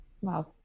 Wow